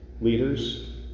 leaders